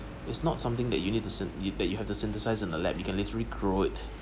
it's not something that you need to syn~ that you have to synthesize in the lab you can literally grow it